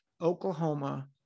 Oklahoma